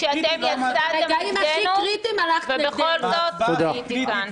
-- כשאתם יצאתם נגדנו, ובכל זאת הייתי כאן.